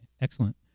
Excellent